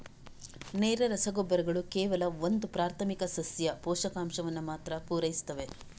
ನೇರ ರಸಗೊಬ್ಬರಗಳು ಕೇವಲ ಒಂದು ಪ್ರಾಥಮಿಕ ಸಸ್ಯ ಪೋಷಕಾಂಶವನ್ನ ಮಾತ್ರ ಪೂರೈಸ್ತವೆ